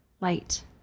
light